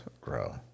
grow